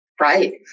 Right